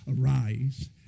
Arise